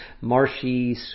marshy